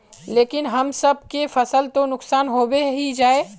लेकिन हम सब के फ़सल तो नुकसान होबे ही जाय?